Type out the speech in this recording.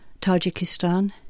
Tajikistan